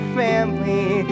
family